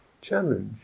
challenge